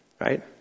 Right